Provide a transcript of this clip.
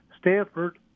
Stanford